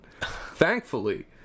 Thankfully